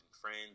friends